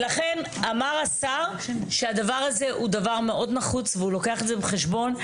ולכן אמר השר שהדבר הזה הוא מאוד נחוץ והוא לוקח את זה בחשבון.